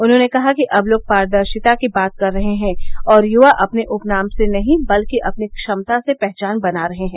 उन्होंने कहा कि अब लोग पारदर्शिता की बात कर रहे हैं और युवा अपने उपनाम से नहीं बल्कि अपनी क्षमता से पहचान बना रहे हैं